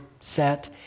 set